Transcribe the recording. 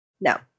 No